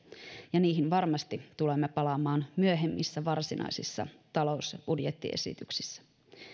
ja niihin varmasti tulemme palaamaan myöhemmissä varsinaisissa talous ja budjettiesityksissä